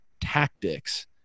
tactics